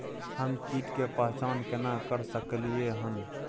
हम कीट के पहचान केना कर सकलियै हन?